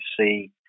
see